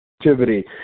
activity